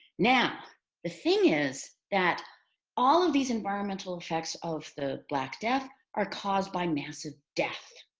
now the thing is that all of these environmental effects of the black death are caused by massive death.